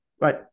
right